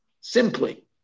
simply